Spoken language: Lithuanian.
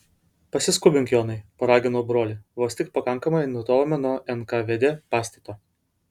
pasiskubink jonai paraginau brolį vos tik pakankamai nutolome nuo nkvd pastato